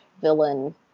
villain